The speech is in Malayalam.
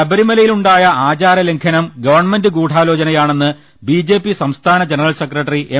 ശബരിമലയിലുണ്ടായ ആചാര ലംഘനം ഗവൺമെന്റ് ഗൂഢാലോച നയാണെന്ന് ബിജെപി സംസ്ഥാന ജനറൽ സെക്രട്ടറി എം